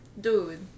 dude